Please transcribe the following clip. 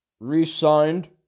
re-signed